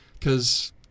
Cause